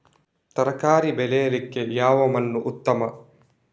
ತರಕಾರಿ ಬೆಳೆಯಲಿಕ್ಕೆ ಯಾವ ಮಣ್ಣು ಉತ್ತಮ?